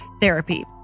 therapy